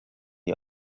die